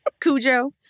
Cujo